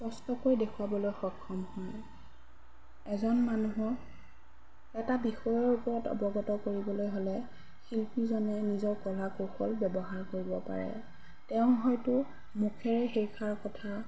কষ্টকৈ দেখুৱাবলৈ সক্ষম হয় এজন মানুহক এটা বিষয়ৰ ওপৰত অৱগত কৰিবলৈ হ'লে শিল্পীজনে নিজৰ কলা কৌশল ব্যৱহাৰ কৰিব পাৰে তেওঁ হয়তো মুখেৰে কথা